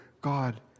God